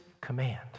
command